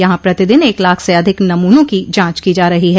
यहां प्रतिदिन एक लाख से अधिक नमूनों की जांच की जा रही है